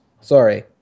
sorry